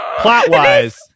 Plot-wise